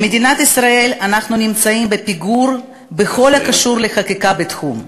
במדינת ישראל אנחנו נמצאים בפיגור בכל הקשור לחקיקה בתחום.